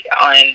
on